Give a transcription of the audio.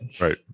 right